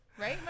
right